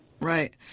Right